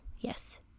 yes